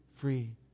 free